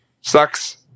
Sucks